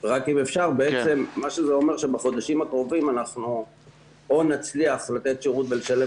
אומר שבחודשים הקרובים אנחנו או נצליח לתת שירות ולשלם